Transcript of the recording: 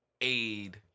aid